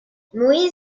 moïse